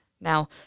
Now